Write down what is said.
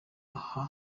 aha